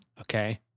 okay